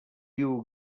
you